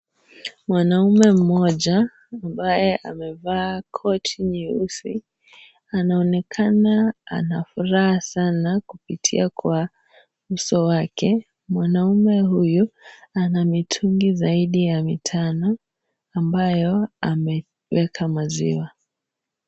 Mwanaume mmoja ambaye amevaa koti nyeusi anaonekana ana furaha sana kupitia kwa uso wake, mwanaume huyu ana mitungi zaidi ya mitano, ambayo ameweka maziwa.